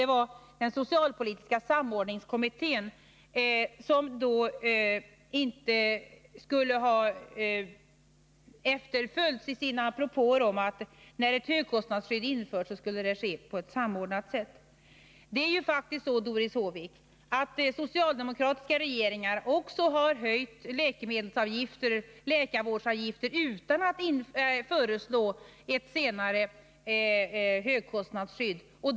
a. anförde hon att man inte skulle ha tagit hänsyn till socialpolitiska samordningskommitténs propåer om att ett eventuellt införande av högkostnadsskydd skulle ske på ett samordnat sätt. Det är faktiskt så, Doris Håvik, att också socialdemokratiska regeringar har höjt läkemedelsavgifter och läkarvårdsavgifter utan att föreslå ett högkostnadsskydd.